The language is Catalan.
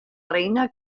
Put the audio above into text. reina